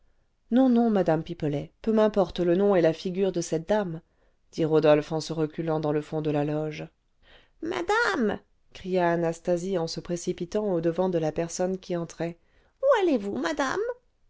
non non madame pipelet peu m'importent le nom et la figura de cette dame dit rodolphe en se reculant dans le fond de la loge madame cria anastasie en se précipitant au-devant de la personne qui entrait où allez-vous madame